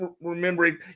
remembering